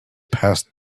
passed